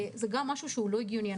וזה משהו לא הגיוני.